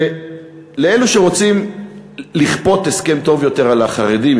ולאלו שרוצים לכפות הסכם טוב יותר על החרדים,